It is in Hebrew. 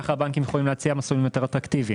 כך הבנקים יכולים להציע מסלולים יותר אטרקטיביים.